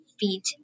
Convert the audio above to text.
feet